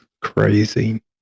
crazy